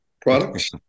products